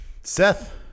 Seth